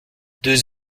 deux